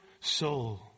soul